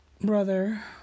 brother